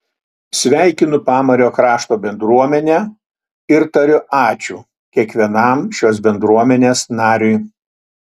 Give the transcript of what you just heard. sveikinu pamario krašto bendruomenę ir tariu ačiū kiekvienam šios bendruomenės nariui